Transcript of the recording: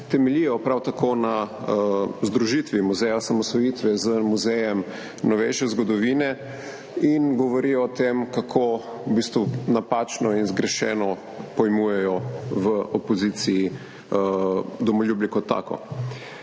Temeljijo prav tako na združitvi Muzeja slovenske osamosvojitve z Muzejem novejše zgodovine Slovenije in govorijo o tem, kako v bistvu napačno in zgrešeno pojmujejo v opoziciji domoljubje kot tako.